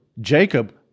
Jacob